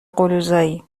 قلوزایی